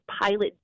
pilot